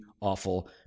awful